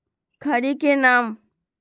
खड़ी के नाम?